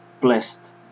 blessed